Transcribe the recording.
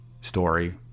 story